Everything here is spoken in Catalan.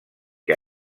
que